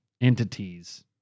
entities